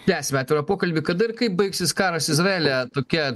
tęsiame atvirą pokalbį kada ir kaip baigsis karas izraelyje tokia